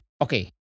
okay